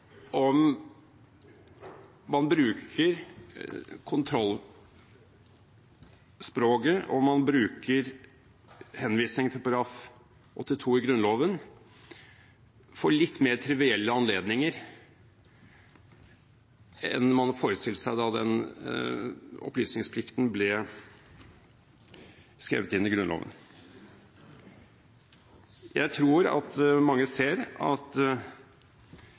om man bruker kontrollspråket, og om man bruker henvisning til § 82 i Grunnloven for litt mer trivielle anledninger enn man hadde forestilt seg da den opplysningsplikten ble skrevet inn i Grunnloven. Jeg tror mange ser at